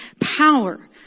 power